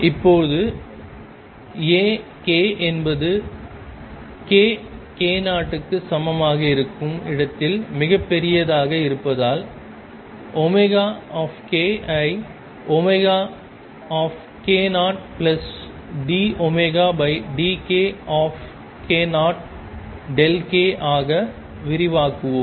இப்போது A என்பது k k0 க்கு சமமாக இருக்கும் இடத்தில் மிகப்பெரியதாக இருப்பதால் ω ஐ k0dωdkk0 Δk ஆக விரிவாக்குவோம்